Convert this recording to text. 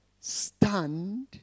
Stand